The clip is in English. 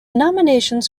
nominations